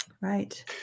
Right